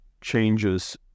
changes